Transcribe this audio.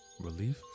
relief